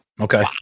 Okay